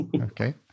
Okay